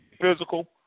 physical